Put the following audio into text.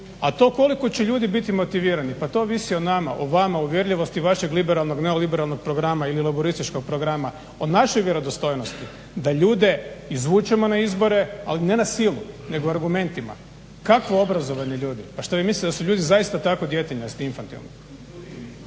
a to koliko će ljudi biti motivirani pa to ovisi o nama, o vama, o uvjerljivosti vašeg liberalnog i neoliberalnog programa ili laburističkog programa, o našoj vjerodostojnosti da ljude izvučemo na izbore ali ne na silu nego argumentima. Kakvo obrazovanje ljudi? Pa što vi mislite da su ljudi zaista tako djetinjasti i infantilni?